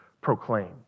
proclaimed